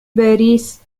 باريس